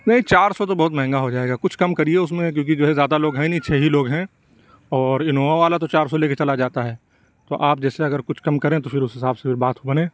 نہیں چار سو تو بہت مہنگا ہو جائے گا کچھ کم کریے اُس میں کیوں کہ جو ہے زیادہ لوگ ہیں نہیں چھ ہی لوگ ہیں اور انووا والا تو چار سو لے کے چلا جاتا ہے تو آپ جیسے اگر کچھ کم کریں تو پھر اُس حساب سے پھر بات بنے